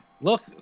look